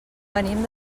venim